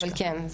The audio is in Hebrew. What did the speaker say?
אבל כן,